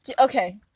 okay